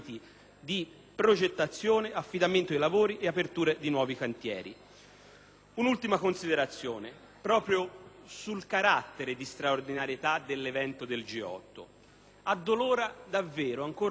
Un'ultima considerazione proprio sul carattere di straordinarietà dell'evento del G8. Addolora davvero constatare ancora una volta come, in termini di reperimento di risorse